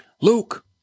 Luke